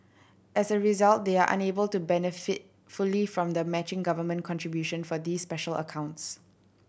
as a result they are unable to benefit fully from the matching government contribution for these special accounts